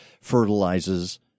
fertilizes